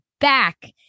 back